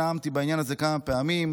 נאמתי בעניין הזה כמה פעמים.